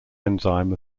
enzyme